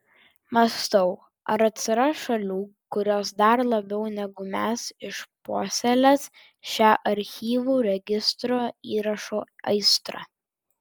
mąstau ar atsiras šalių kurios dar labiau negu mes išpuoselės šią archyvų registrų įrašų aistrą